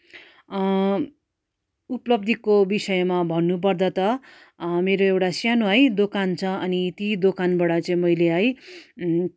उपलब्धिको विषयमा भन्नु पर्दा त मेरो एउटा सानो है दोकान छ अनि ती दोकानबाट चाहिँ मैले है